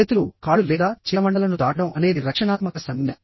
చేతులు కాళ్ళు లేదా చీలమండలను దాటడం అనేది రక్షణాత్మక సంజ్ఞ